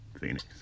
Phoenix